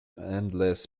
endless